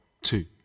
two